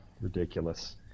Ridiculous